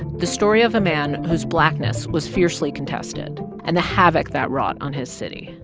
the story of a man whose blackness was fiercely contested and the havoc that wrought on his city